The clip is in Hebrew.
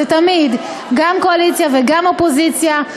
זה תמיד גם קואליציה וגם אופוזיציה,